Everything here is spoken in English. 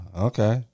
okay